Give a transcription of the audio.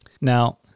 Now